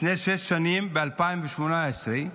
לפני שש שנים, ב-2018,